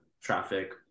traffic